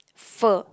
pho